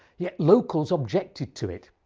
yet locals objected to it.